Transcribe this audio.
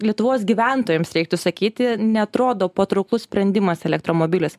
lietuvos gyventojams reiktų sakyti neatrodo patrauklus sprendimas elektromobilis